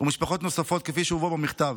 ומשפחות נוספות כפי שהובאה במכתב.